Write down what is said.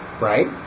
right